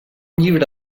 llibre